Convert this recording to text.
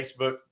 Facebook